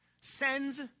sends